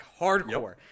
hardcore